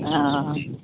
हँ